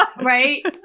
right